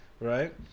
right